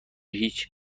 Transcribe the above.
هیچ